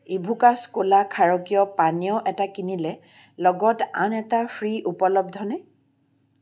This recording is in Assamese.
ইভোকাছ ক'লা ক্ষাৰকীয় পানীয় এটা কিনিলে লগত আন এটা ফ্ৰী উপলব্ধনে